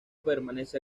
permanece